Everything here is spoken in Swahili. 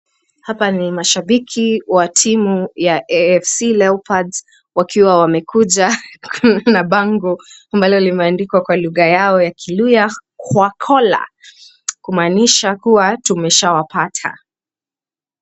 Hapa ni mashabiki wa timu ya AFC Leopards, wakiwa wamekuja na bango ambalo limeandikwa kwa lugha yao ya kiluyha kwakhola(cs) ,kumaanisha kuwa tumeshawapata.